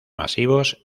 masivos